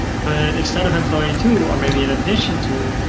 but instead of employee two, or maybe in addition to,